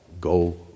go